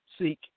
seek